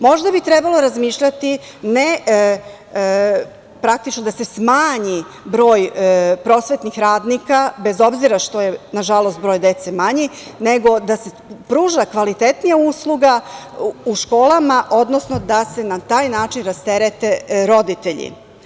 Možda bi trebalo razmišljati, praktično da se smanji broj prosvetnih radnika, bez obzira što je nažalost, broj dece manji, nego da se pruži kvalitetnija usluga u školama, odnosno da se na taj način rasterete roditelji.